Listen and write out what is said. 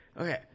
okay